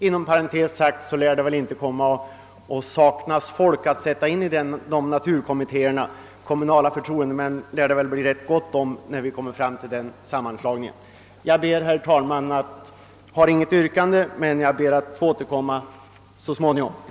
Inom parentes sagt kommer det nog inte att saknas folk att sätta in i dessa naturvårdskommittéer — kommunala förtroendemän lär det bli rätt gott om när vi hunnit fram till denna sammanslagning. Jag har, herr talman, inget yrkande, men jag ber att så småningom få återkomma i frågan.